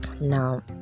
now